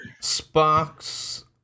Sparks